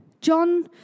John